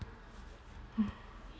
hmm